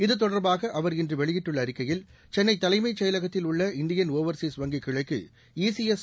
இது தொடர்பாக அவர் இன்று வெளியிட்டுள்ள அறிக்கையில் சென்னை தலைமைச் செயலகத்தில் உள்ள இந்தியன் ஒவர்சீஸ் வங்கி கிளைக்கு இசிஎஸ்